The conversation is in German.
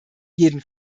jeden